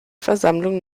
versammlung